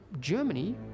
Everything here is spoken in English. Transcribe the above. Germany